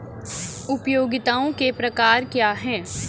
उपयोगिताओं के प्रकार क्या हैं?